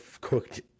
cooked